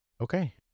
Okay